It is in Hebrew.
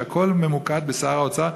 והכול ממוקד בשר האוצר,